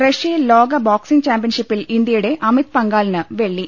റഷ്യയിൽ പ്രലോക ബോക്സിംഗ് ചാമ്പ്യൻഷിപ്പിൽ ഇന്ത്യയുടെ അമിത് പംഗാലിന് വെള്ളി